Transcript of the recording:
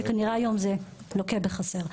שכנראה היום לוקה בחסר.